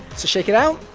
so shake it out,